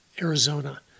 Arizona